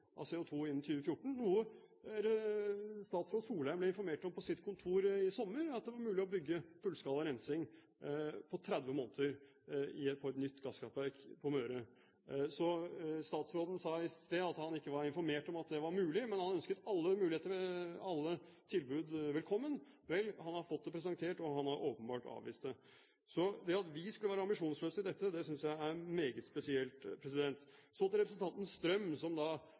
CO2 innen 2014, noe statsråd Solheim ble informert om på sitt kontor i sommer – at det var mulig på 30 måneder å bygge ut fullskala rensing på et nytt gasskraftverk på Møre. Statsråden sa i sted at han ikke var informert om at det var mulig, men han ønsket alle tilbud velkommen. Vel, han har fått det presentert, og han har åpenbart avvist det. Så det at vi skal være ambisjonsløse i dette, synes jeg er meget spesielt. Så til representanten Strøm, som